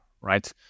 right